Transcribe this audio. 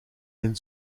zijn